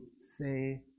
say